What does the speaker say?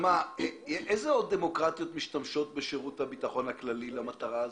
איזה עוד דמוקרטיות משתמשות בשירות הביטחון הכללי למטרה הזו?